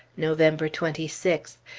november twenty sixth.